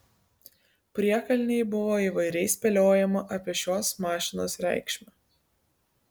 priekalnėj buvo įvairiai spėliojama apie šios mašinos reikšmę